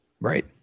Right